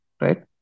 right